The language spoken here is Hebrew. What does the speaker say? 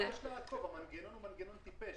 מה יש לעקוב, זה מנגנון טיפש.